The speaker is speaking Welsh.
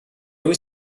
wyt